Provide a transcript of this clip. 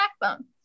backbone